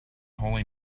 holy